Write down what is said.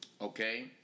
okay